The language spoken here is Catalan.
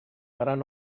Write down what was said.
gran